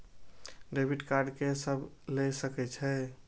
Debit card के सब ले सके छै?